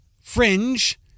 fringe